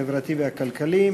החברתי והכלכלי,